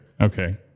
Okay